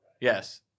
Yes